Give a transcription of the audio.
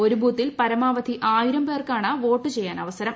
ഒരു ബൂത്തിൽ പരമാവധി ആയിരം പേർക്കാണ് വോട്ട് ചെയ്യാൻ അവസരം